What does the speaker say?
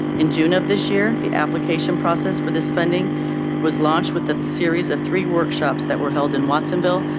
in june of this year, the application process for this funding was launched with the series of three workshops that were held in watsonville,